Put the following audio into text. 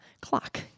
clock